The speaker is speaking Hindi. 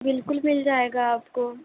बिल्कुल मिल जाएगा आपको